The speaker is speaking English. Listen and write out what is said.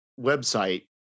website